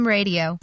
Radio